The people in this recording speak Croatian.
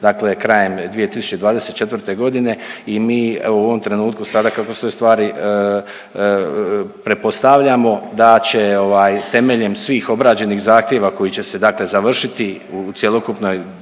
dakle krajem 2024. g. i mi u ovom trenutku sada, kako stoje stvari, pretpostavljamo da će temeljem svih obrađenih zahtjeva koji će se, dakle završiti u cjelokupnoj